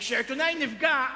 וכשעיתונאי נפגע,